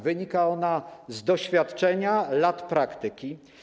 Wynika ona z doświadczenia, z lat praktyki.